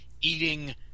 eating